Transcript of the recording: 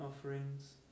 offerings